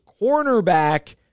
cornerback